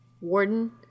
Warden